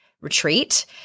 retreat